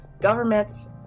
governments